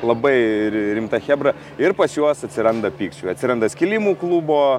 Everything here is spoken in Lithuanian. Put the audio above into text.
labai rimta chebra ir pas juos atsiranda pykčių atsiranda skilimų klubo